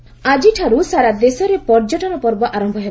ପର୍ଯ୍ୟଟନ ପର୍ବ ଆଜିଠାରୁ ସାରା ଦେଶରେ ପର୍ଯ୍ୟଟନ ପର୍ବ ଆରମ୍ଭ ହେବ